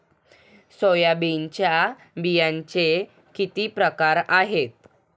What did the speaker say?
सोयाबीनच्या बियांचे किती प्रकार आहेत?